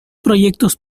proyectos